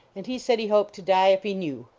and he said he hoped to die if he knew.